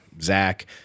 Zach